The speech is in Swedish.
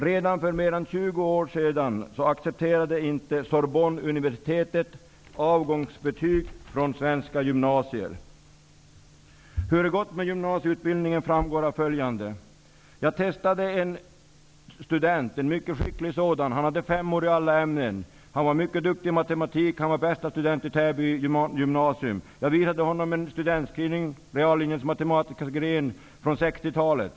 Redan för mer än 20 år sedan accepterade inte Sorbonneuniversitetet avgångsbetyg från svenska gymnasier. Hur det har gått med gymnasieutbildningen framgår av följande. Jag har testat en mycket skicklig student, som hade femmor i alla ämnen. Han var mycket duktig i matematik, och han var den bästa studenten i Täby gymnasium. Jag visade honom en studentskrivning ifrån reallinjens matematiska gren från 1960-talet.